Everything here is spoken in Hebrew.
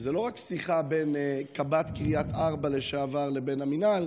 וזאת לא רק שיחה בין קב"ט קריית ארבע לשעבר לבין המינהל,